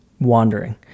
wandering